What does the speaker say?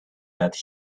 that